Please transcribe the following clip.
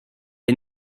est